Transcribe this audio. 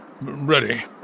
Ready